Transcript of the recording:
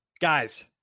guys